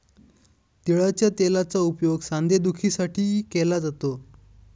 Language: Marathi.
तिळाच्या तेलाचा उपयोग सांधेदुखीसाठीही केला जातो